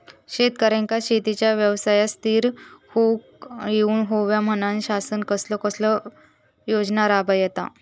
शेतकऱ्यांका शेतीच्या व्यवसायात स्थिर होवुक येऊक होया म्हणान शासन कसले योजना राबयता?